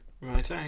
Right